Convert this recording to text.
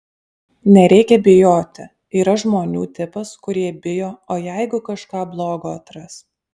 nereikia bijoti yra žmonių tipas kurie bijo o jeigu kažką blogo atras